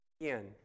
again